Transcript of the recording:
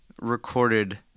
recorded